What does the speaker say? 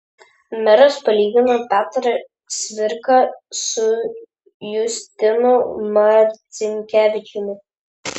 meras palygino petrą cvirką su justinu marcinkevičiumi